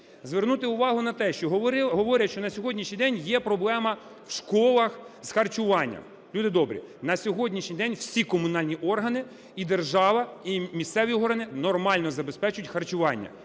звернути увагу на те, що говорять, що на сьогоднішній день є проблема в школах з харчуванням. Люди добрі, на сьогоднішній день всі комунальні органи, і держава, і місцеві органи нормально забезпечують харчуванням.